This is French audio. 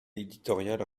éditoriale